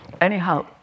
Anyhow